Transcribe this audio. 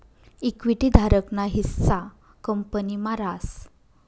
equity धारक ना हिस्सा कंपनी मा रास